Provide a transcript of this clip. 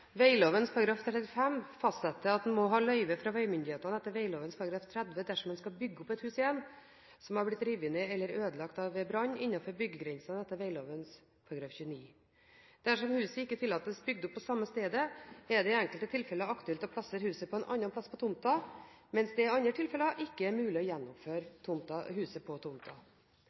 35 fastsetter at en må ha løyve fra vegmyndighetene etter vegloven § 30 dersom en skal bygge opp igjen et hus som har blitt revet ned eller ødelagt ved brann innenfor byggegrensene etter vegloven § 29. Dersom huset ikke tillates bygd opp på samme sted, er det i enkelte tilfeller aktuelt å plassere huset et annet sted på tomten, mens det i andre tilfeller ikke er mulig å gjenoppføre huset på